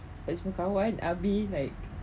dapat jumpa kawan habis like